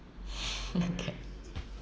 okay